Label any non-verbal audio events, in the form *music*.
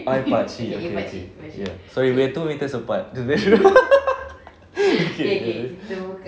I pakcik okay okay ya sorry we are two metres apart *laughs* okay